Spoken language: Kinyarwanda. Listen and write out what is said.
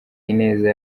ineza